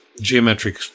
geometric